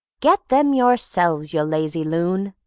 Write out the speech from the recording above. get them yourself, you lazy loon!